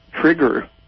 trigger